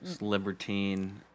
Libertine